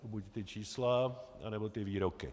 Buď ta čísla, anebo ty výroky.